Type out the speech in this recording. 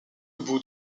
bout